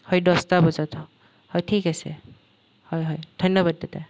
হয় দহটা বজা হয় ঠিক আছে হয় হয় ধন্যবাদ দাদা